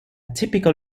typical